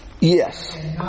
Yes